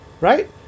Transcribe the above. right